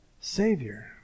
Savior